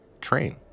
train